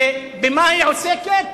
ובמה היא עוסקת?